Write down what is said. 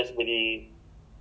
so there's money